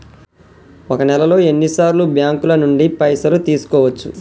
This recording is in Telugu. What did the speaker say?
ఒక నెలలో ఎన్ని సార్లు బ్యాంకుల నుండి పైసలు తీసుకోవచ్చు?